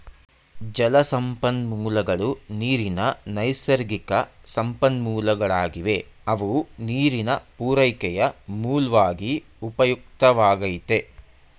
ಜಲಸಂಪನ್ಮೂಲಗಳು ನೀರಿನ ನೈಸರ್ಗಿಕಸಂಪನ್ಮೂಲಗಳಾಗಿವೆ ಅವು ನೀರಿನ ಪೂರೈಕೆಯ ಮೂಲ್ವಾಗಿ ಉಪಯುಕ್ತವಾಗೈತೆ